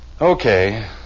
Okay